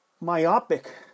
myopic